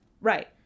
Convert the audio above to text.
right